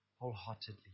wholeheartedly